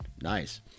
nice